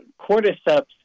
cordyceps